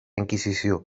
inquisició